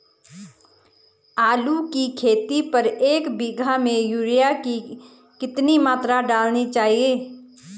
आलू की खेती पर एक बीघा में यूरिया की कितनी मात्रा डालनी चाहिए?